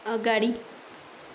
अगाडि